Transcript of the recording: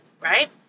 right